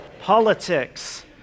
Politics